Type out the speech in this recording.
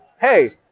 hey